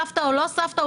סבתא או לא סבתא,